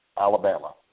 Alabama